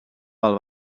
pel